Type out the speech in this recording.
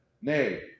Nay